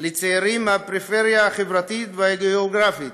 לצעירים מהפריפריה החברתית והגאוגרפית